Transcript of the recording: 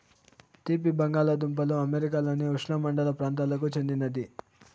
తీపి బంగాలదుంపలు అమెరికాలోని ఉష్ణమండల ప్రాంతాలకు చెందినది